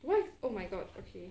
what oh my god okay